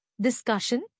discussion